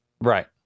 Right